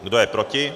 Kdo je proti?